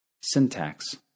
Syntax